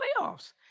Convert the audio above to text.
playoffs